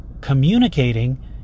communicating